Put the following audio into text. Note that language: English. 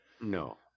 No